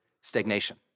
stagnation